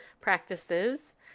practices